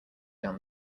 down